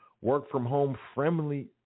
work-from-home-friendly